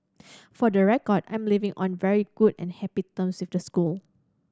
for the record I'm leaving on very good and happy terms with the school